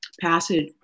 passage